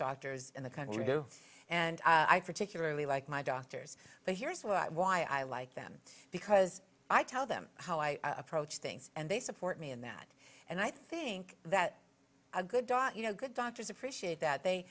doctors in the country do and i particularly like my doctors but here's what why i like them because i tell them how i approach things and they support me in that and i think that a good dog you know good doctors appreciate that they